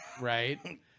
right